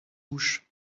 bouche